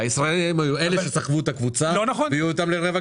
אלה שסחבו את הקבוצה הביאו אותם לרבע גמר.